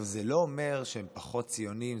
זה לא אומר שהם פחות ציונים,